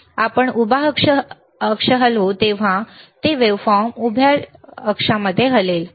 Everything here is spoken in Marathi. आपण उभा अक्ष हलवू तेव्हा व्हेवफॉर्म उभ्या हलेल